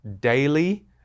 daily